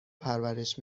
پرورش